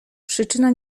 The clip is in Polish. przyczyna